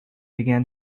began